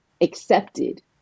accepted